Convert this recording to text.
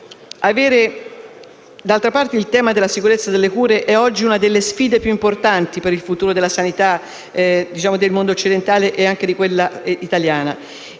D'altra parte, il tema della sicurezza delle cure è oggi una delle sfide più importanti per il futuro della sanità del mondo occidentale, anche di quella italiana.